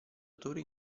autore